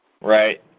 Right